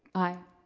aye.